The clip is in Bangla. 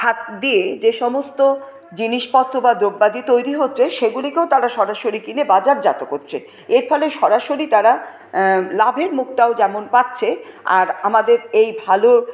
হাত দিয়ে যেসমস্ত জিনিসপত্র বা দ্রব্যাদি তৈরি হচ্ছে সেগুলিকেও তারা সরাসরি কিনে বাজারজাত করছে এরফলে সরাসরি তারা লাভের মুখটাও যেমন পাচ্ছে আর আমাদের এই ভালো